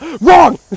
Wrong